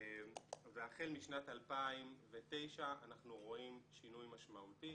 והחל משנת 2009 אנחנו רואים שינוי משמעותי,